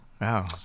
Wow